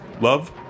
Love